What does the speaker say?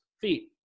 feet